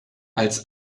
als